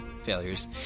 failures